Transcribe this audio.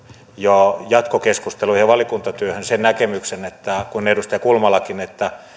jo jatkokeskusteluun ja valiokuntatyöhön sen näkemyksen niin kuin edustaja kulmalakin että